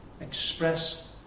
express